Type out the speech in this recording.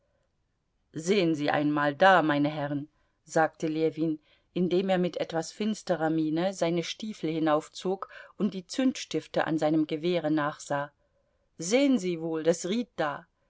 sehen sie einmal da meine herren sagte ljewin indem er mit etwas finsterer miene seine stiefel hinaufzog und die zündstifte an seinem gewehre nachsah sehen sie wohl das ried da